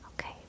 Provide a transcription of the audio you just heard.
okay